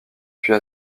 puis